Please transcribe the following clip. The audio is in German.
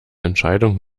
entscheidungen